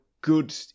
good